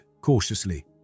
cautiously